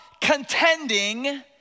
contending